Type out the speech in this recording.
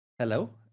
Hello